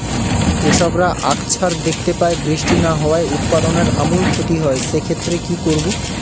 কৃষকরা আকছার দেখতে পায় বৃষ্টি না হওয়ায় উৎপাদনের আমূল ক্ষতি হয়, সে ক্ষেত্রে কি করব?